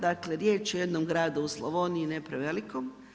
Dakle, riječ je o jednom gradu u Slavoniji, ne prevelikom.